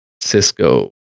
Cisco